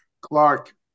Clark